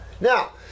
Now